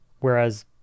Whereas